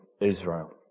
Israel